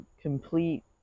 complete